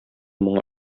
моңа